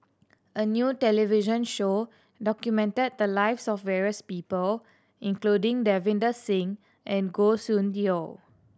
a new television show documented the lives of various people including Davinder Singh and Goh Soon Tioe